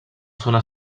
zona